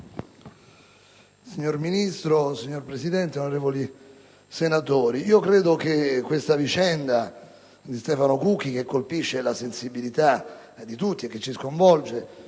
GASPARRI *(PdL)*. Signor Presidente, onorevoli senatori, credo che la vicenda di Stefano Cucchi, che colpisce la sensibilità di tutti e ci sconvolge,